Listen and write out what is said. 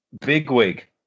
Bigwig